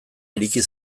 ireki